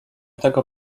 tego